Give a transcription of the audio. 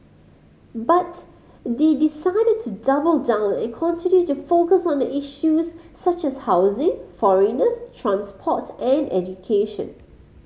but they decided to double down and continue to focus on the issues such as housing foreigners transport and education